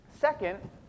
Second